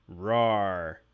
Rawr